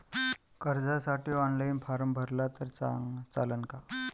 कर्जसाठी online form भरला तर चालन का?